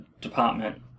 department